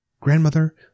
Grandmother